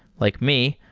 like me,